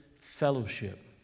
fellowship